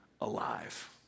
alive